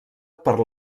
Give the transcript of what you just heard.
per